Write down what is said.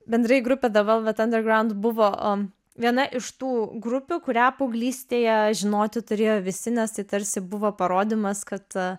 bendrai grupė the velvet underground buvo viena iš tų grupių kurią paauglystėje žinoti turėjo visi nes tai tarsi buvo parodymas kad